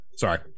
Sorry